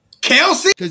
Kelsey